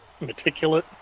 meticulous